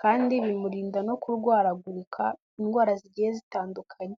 kandi bimurinda no kurwaragurika indwara zigiye zitandukanye.